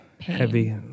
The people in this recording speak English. heavy